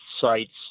sites